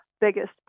biggest